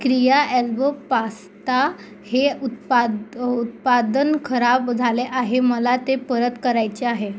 क्रिया elbow pasta हे उत्पाद उत्पादन खराब झाले आहे मला ते परत करायचे आहे